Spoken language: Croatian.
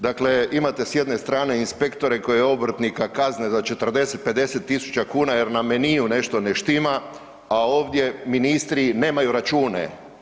Dakle, imate s jedne strane inspektore koje obrtnika kazne za 40, 50 000 kn jer na meniju nešto ne štima, a ovdje ministri nemaju račune.